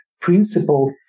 principle